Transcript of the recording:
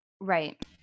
right